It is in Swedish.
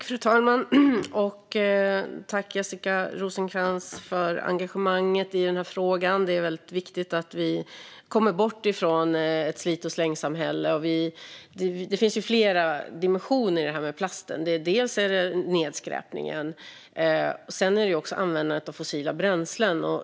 Fru talman! Tack, Jessica Rosencrantz, för engagemanget i den här frågan! Det är viktigt att vi kommer bort från ett slit-och-släng-samhälle. Det finns ju flera dimensioner i det här med plasten. Det är nedskräpningen, men det är också användandet av fossila bränslen.